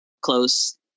close